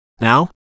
Now